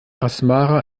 asmara